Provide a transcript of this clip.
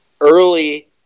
early